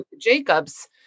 Jacobs